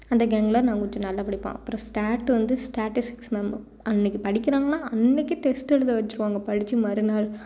அந்த கேங்கில் நான் கொஞ்சம் நல்லா படிப்பேன் அப்புறம் ஸ்டாட் வந்து ஸ்டாட்டிஸ்டிக் மேம் அன்னைக்கி படிக்கிறாங்கனா அன்னைக்கி டெஸ்ட் எழுத வெச்சிடுவாங்க படித்து மறுநாள்